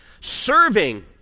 serving